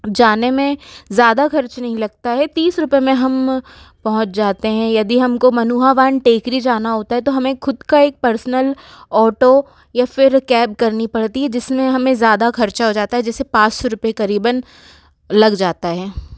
जाने में ज़्यादा ख़र्च नहीं लगता है तीस रुपये में हम पहुंच जाते हैं यदि हम को मनुहावान टेकरी जाना होता है तो हमें ख़ुद का एक पर्सनल ऑटो या फिर कैब करनी पड़ती है जिस में हमें ज़्यादा ख़र्चा आ जाता है जैसे पाच सौ रुपये क़रीबन लग जाता है